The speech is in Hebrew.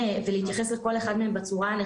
למה לא רק המשטרה?